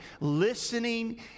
Listening